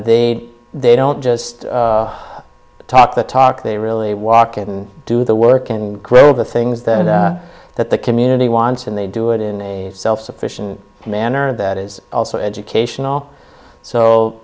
they'd they don't just talk the talk they really walk in and do the work and grow the things that that the community wants and they do it in a self sufficient manner and that is also educational so